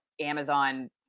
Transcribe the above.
Amazon